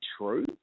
true